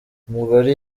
umugore